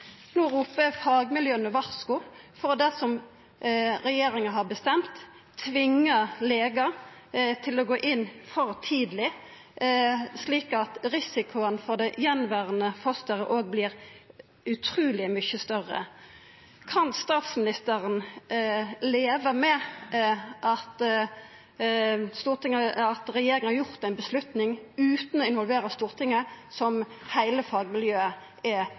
No ropar fagmiljøa varsku, for det som regjeringa har bestemt, tvingar legar til å gå inn for tidleg, slik at risikoen for det attverande fosteret vert utruleg mykje større. Kan statsministeren leva med at regjeringa har gjort eit vedtak utan å involvera Stortinget, noko som heile fagmiljøet er